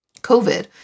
COVID